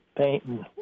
painting